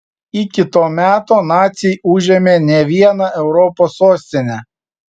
iki to meto naciai užėmė ne vieną europos sostinę